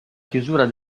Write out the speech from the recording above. chiusura